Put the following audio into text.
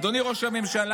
אדוני ראש הממשלה,